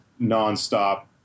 nonstop